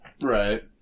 right